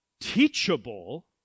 teachable